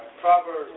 Proverbs